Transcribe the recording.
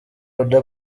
oda